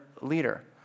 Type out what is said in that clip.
leader